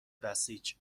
بسیج